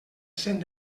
cent